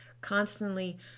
constantly